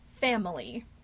Family